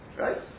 Right